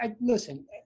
listen